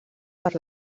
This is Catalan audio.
per